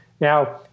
Now